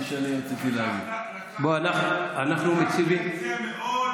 אנחנו צוחקים, וזה עצוב.